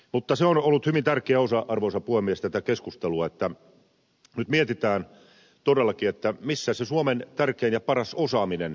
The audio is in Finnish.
mutta se on ollut hyvin tärkeä osa arvoisa puhemies tätä keskustelua että nyt mietitään todellakin missä se suomen tärkein ja paras osaaminen on